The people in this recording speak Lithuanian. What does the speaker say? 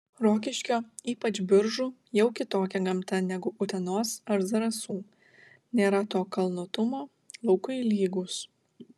rokiškio ypač biržų jau kitokia gamta negu utenos ar zarasų nėra to kalnuotumo laukai lygūs